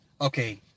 Okay